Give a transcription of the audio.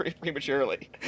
prematurely